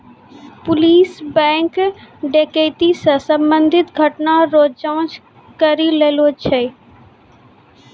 police bank डकैती से संबंधित घटना रो जांच करी रहलो छै